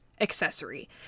accessory